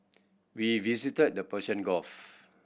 we visited the Persian Gulf